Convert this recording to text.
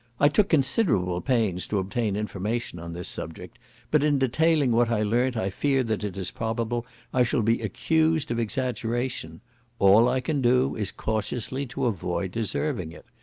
i took considerable pains to obtain information on this subject but in detailing what i learnt i fear that it is probable i shall be accused of exaggeration all i can do is cautiously to avoid deserving it.